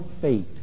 fate